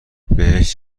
بهش